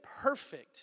perfect